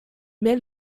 mehr